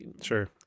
Sure